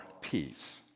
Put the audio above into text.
peace